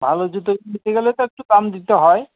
ভালো জুতো নিতে গেলে তো একটু দাম দিতে হয়